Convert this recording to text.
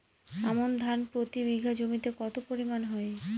আমন ধান প্রতি বিঘা জমিতে কতো পরিমাণ হয়?